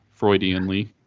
Freudianly